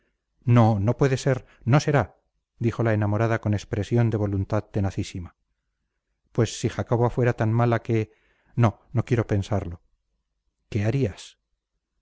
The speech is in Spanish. no no puede ser no será dijo la enamorada con expresión de voluntad tenacísima pues si jacoba fuera tan mala que no no quiero pensarlo qué harías